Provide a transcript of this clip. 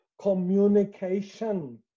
communication